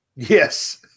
Yes